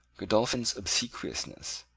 godolphin's obsequiousness,